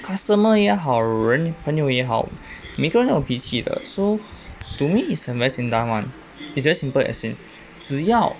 customer 也好人朋友也好每个人都有脾气的 so to me it's very simple [one] it's very simple as in 只要